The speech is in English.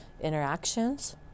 interactions